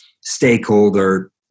stakeholder